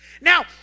Now